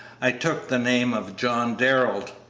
i took the name of john darrell,